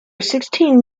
sixteen